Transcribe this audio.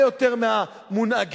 מה יש